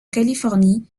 californie